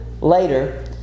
later